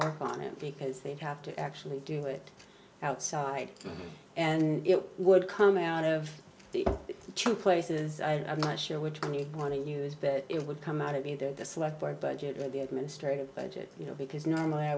work on it because they'd have to actually do it outside and it would come out of two places i'm not sure which one you want to use but it would come out of either the select board budget where the administrative budget you know because normally i